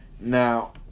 Now